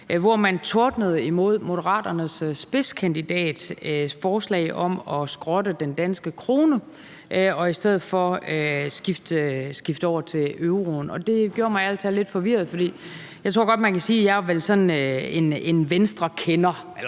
hvor man tordnede imod Moderaternes spidskandidats forslag om at skrotte den danske krone og i stedet for skifte over til euroen. Det gjorde mig ærlig talt lidt forvirret. Jeg tror godt, at man kan sige, at jeg vel er sådan en Venstrekender